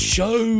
Show